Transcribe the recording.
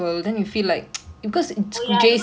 oh ya I don't know how they intend to do the dance